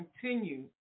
continue